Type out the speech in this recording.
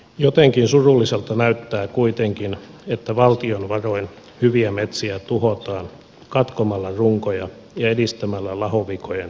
jotenkin surulliselta näyttää kuitenkin että valtion varoin hyviä metsiä tuhotaan katkomalla runkoja ja edistämällä lahovikojen syntyä metsiin